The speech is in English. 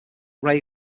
ray